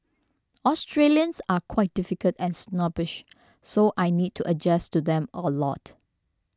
Australians are quite difficult and snobbish so I need to adjust to them a lot